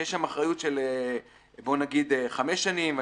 שיש שם אחריות של חמש שנים,